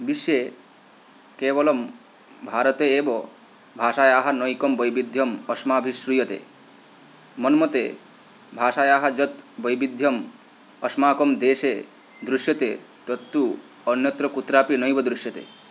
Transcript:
विश्वे केवलं भारते एव भाषायाः नैकं वैविध्यम् अस्माभिः श्रूयते मन्मते भाषायाः यद् वैविध्यम् अस्माकं देशे दृश्यते तत्तु अन्यत्र कुत्रापि नैव दृश्यते